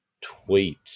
tweet